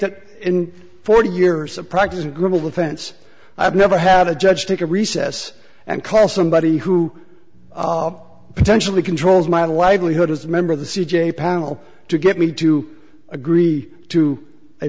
that in forty years of practice gribble offense i've never had a judge take a recess and call somebody who potentially controls my livelihood as a member of the c j panel to get me to agree to a